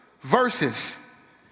verses